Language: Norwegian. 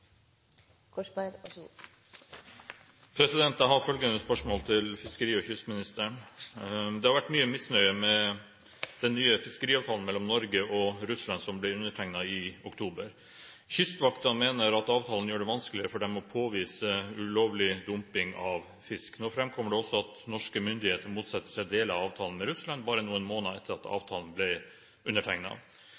kystministeren: «Det har vært mye misnøye med den nye fiskeriavtalen mellom Norge og Russland som ble undertegnet i oktober. Kystvakten mener at avtalen gjør det vanskeligere for dem å påvise ulovlig dumping av fisk. Nå fremkommer det at norske myndigheter motsetter seg deler av avtalen med Russland bare noen måneder etter at avtalen ble undertegnet. Hvorfor har Norge undertegnet en avtale for så å motsette seg deler av